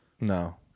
No